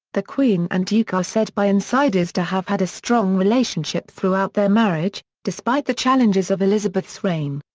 the queen and duke are said by insiders to have had a strong relationship throughout their marriage, despite the challenges of elizabeth's reign.